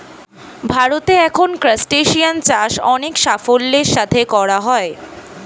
ভারতে এখন ক্রাসটেসিয়ান চাষ অনেক সাফল্যের সাথে করা হয়